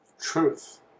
truth